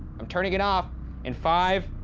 i'm turning it off in five,